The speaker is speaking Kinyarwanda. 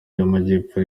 y’amajyepfo